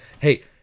Hey